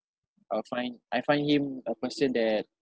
I would find I find him a person that